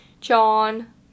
John